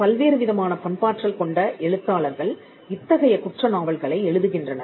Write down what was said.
பல்வேறு விதமான பண்பாற்றல் கொண்டஎழுத்தாளர்கள் இத்தகைய குற்ற நாவல்களை எழுதுகின்றனர்